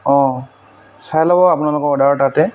অঁ চাই ল'ব আপোনালোকৰ অৰ্ডাৰৰ তাতে